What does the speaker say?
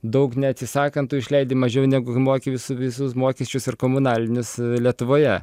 daug neatsisakant tu išleidi mažiau negu moki visu visus mokesčius ir komunalinius lietuvoje